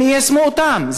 הם יישמו אותן?